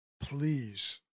Please